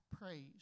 praise